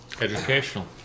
educational